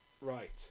Right